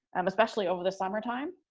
um especially over the summer time?